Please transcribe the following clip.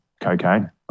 cocaine